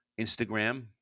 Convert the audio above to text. Instagram